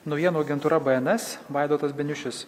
naujienų agentūra bns vaidotas beniušis